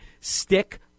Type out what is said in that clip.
Stick